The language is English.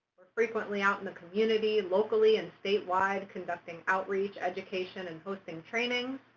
we're frequently out in the community locally and statewide conducting outreach, education, and hosting trainings.